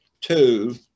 two